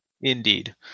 Indeed